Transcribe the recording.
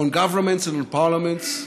on governments, on parliaments,